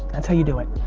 that's how you do it,